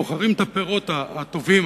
בוחרים את הפירות הטובים,